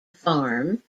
farm